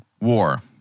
war